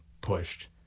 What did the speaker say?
pushed